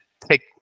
take